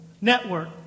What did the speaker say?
network